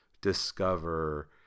discover